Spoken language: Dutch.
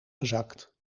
gezakt